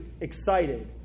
excited